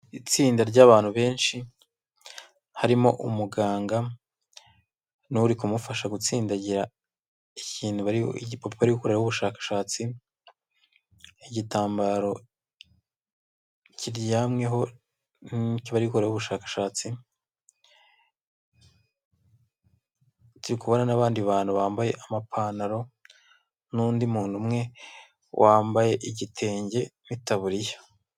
Itsinda ry'abantutu benshi, harimo umuganga n'uri kumufasha gutsindagira ikintu igipupe bari gukoreraho ubushakashatsi, igitambaro kiryamweho n'icyo bari gukoreraho ubushakashatsi n'abandi bantu bambaye amapantaro n'undi muntu umwe wambaye igitenge n'itaburiya.